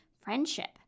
friendship